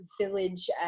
village